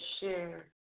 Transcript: share